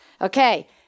Okay